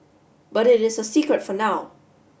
but it is a secret for now